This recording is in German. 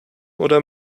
oder